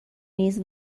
نیست